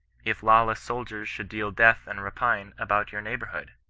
if lawless soldiers should deal death and rapine about your neighbourhood?